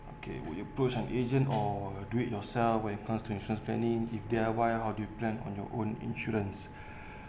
okay would you push on agent or do it yourself when come to insurance planning if D_I_Y how do you plan on your own insurance